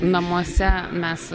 namuose mes